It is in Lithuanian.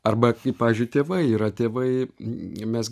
arba kai pavyzdžiui tėvai yra tėvai mes